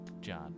John